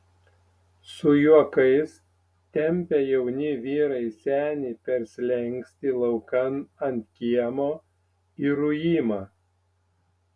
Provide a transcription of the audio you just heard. su juokais tempia jauni vyrai senį per slenkstį laukan ant kiemo į ruimą